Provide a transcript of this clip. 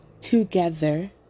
together